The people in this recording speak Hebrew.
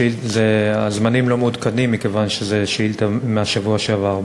הזמנים לא מעודכנים מכיוון שזאת שאילתה מהשבוע שעבר,